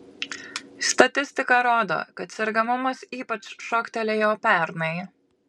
statistika rodo kad sergamumas ypač šoktelėjo pernai